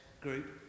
group